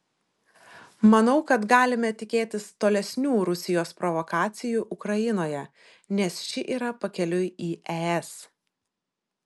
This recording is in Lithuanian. manau kad galime tikėtis tolesnių rusijos provokacijų ukrainoje nes ši yra pakeliui į es